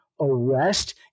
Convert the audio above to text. arrest